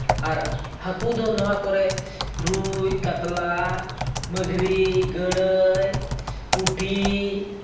ᱟᱨ ᱦᱟᱹᱠᱩ ᱫᱚ ᱱᱚᱣᱟ ᱠᱚᱨᱮ ᱨᱩᱭ ᱠᱟᱛᱞᱟ ᱢᱟᱜᱽᱨᱤ ᱜᱟᱹᱬᱟᱹᱭ ᱯᱩᱴᱷᱤ